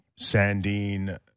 Sandine